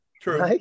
True